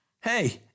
Hey